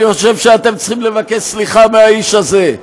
אני חושב שאתם צריכים לבקש סליחה מהאיש הזה,